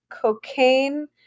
cocaine